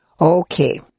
Okay